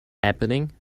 happening